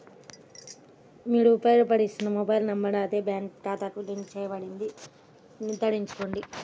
మీరు ఉపయోగిస్తున్న mobile number అదే బ్యాంక్ ఖాతాకు లింక్ చేయబడిందని నిర్ధారించుకోవాలి